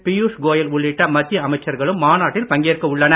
பியுஷ் கோயல் உள்ளிட்ட மத்திய அமைச்சர்களும் மாநாட்டில் பங்கேற்க உள்ளனர்